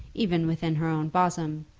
even within her own bosom,